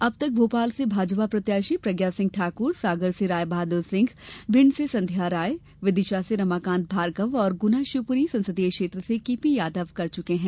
अब तक भोपाल से भाजपा प्रत्याशी प्रज्ञा सिंह ठाकुर सागर से राय बहादुर सिंह भिण्ड से संध्या राय विदिशा से रमाकांत भार्गव और गुना शिवपुरी संसदीय क्षेत्र से केपी यादव कर चुके हैं